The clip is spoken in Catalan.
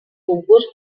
concurs